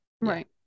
Right